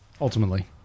Ultimately